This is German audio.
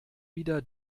wieder